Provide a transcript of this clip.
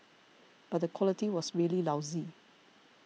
but the quality was really lousy